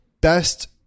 best